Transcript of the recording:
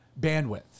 bandwidth